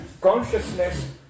consciousness